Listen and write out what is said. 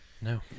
No